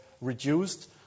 reduced